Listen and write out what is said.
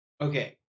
Okay